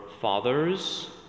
fathers